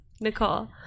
Nicole